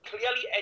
clearly